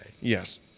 Yes